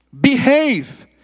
behave